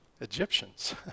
Egyptians